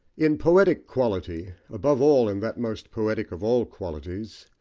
in poetic quality, above all in that most poetic of all qualities,